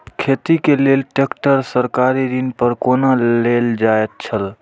खेती के लेल ट्रेक्टर सरकारी ऋण पर कोना लेल जायत छल?